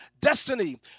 destiny